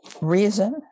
reason